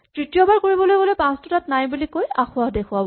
তৃতীয় বাৰ কৰিবলৈ গ'লে পাঁচটো তাত নাই বুলি কৈ আসোঁৱাহ দেখুৱাব